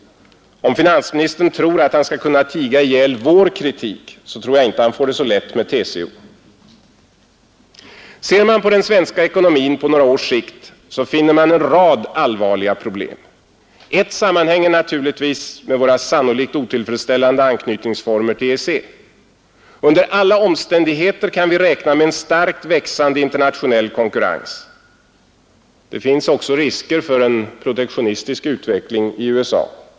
Om finansministern tror att han skall kunna tiga ihjäl vår kritik, tror jag inte han får det så lätt med TCO. Om man ser på den svenska ekonomin på några års sikt, finner man en rad allvarliga problem. Ett sammanhänger naturligtvis med våra, sannolikt otillfredsställande, anknytningsformer till EEC. Under alla omständigheter kan vi räkna med en starkt växande internationell konkurrens. Det finns också risker för en protektionistisk utveckling i USA.